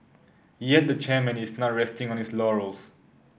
yet the chairman is not resting on his laurels